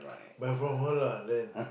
buy from her lah then